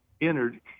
entered